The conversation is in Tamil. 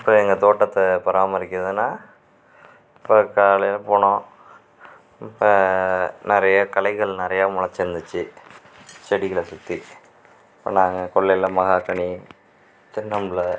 இப்போ எங்கள் தோட்டத்தை பராமரிக்கிறதுன்னால் இப்போ காலையில் போகணும் இப்போ நிறைய களைகள் நிறைய முளைச்சிருந்துச்சி செடிகளை சுற்றி கொல்ல கொல்லையில் மாங்காய் கனி தென்னம் பிள்ள